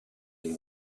him